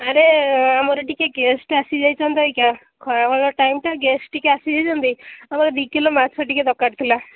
ଆରେ ଆମର ଟିକେ ଗେଷ୍ଟ ଆସି ଯାଇଛନ୍ତି ତ ଅବିକା ଖରାବେଳ ଟାଇମ୍ଟା ଗେଷ୍ଟ ଟିକେ ଆସି ଯାଇଛନ୍ତି ଆମର ଦୁଇ କିଲୋ ମାଛ ଟିକେ ଦରକାର ଥିଲା